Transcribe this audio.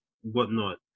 whatnot